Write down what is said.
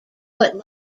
put